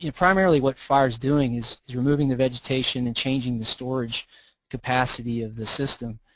you know primarily what fires doing is is removing the vegetation and changing the storage capacity of the system,